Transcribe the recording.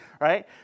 right